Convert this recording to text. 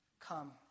Come